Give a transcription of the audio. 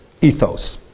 ethos